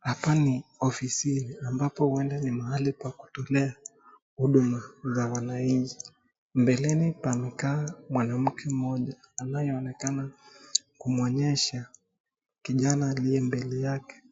Hapa ni ofisini ambapo huenda ni mahali pa kutolea huduma za wananchi, mbeleni pamekaa mwanamke mmoja anayeonekana kumwonyesha kijana aliye mbele yake